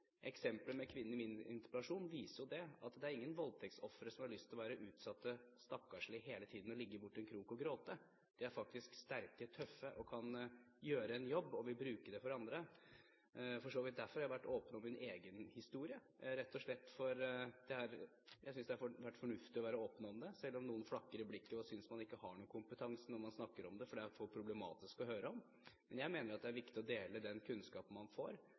med kvinnen i min interpellasjon viser jo det; det er ikke noen voldtektsofre som har lyst til å være utsatte og stakkarslige hele tiden, og ligge borte i en krok og gråte. De er faktisk sterke, tøffe, kan gjøre en jobb for, og vil bruke det for, andre. Det er for så vidt derfor jeg har vært åpen om min egen historie. Jeg synes rett og slett det har vært fornuftig å være åpen om det – selv om noen flakker med blikket og synes man ikke har noen kompetanse når man snakker om det, for det er for problematisk å høre om. Men jeg mener at det er viktig å dele den kunnskapen man får